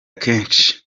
kenshi